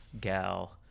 gal